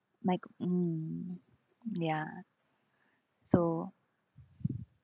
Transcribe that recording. like mm ya so